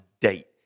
date